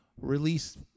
release